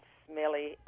smelly